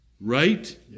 right